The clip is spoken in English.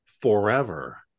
forever